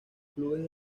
clubes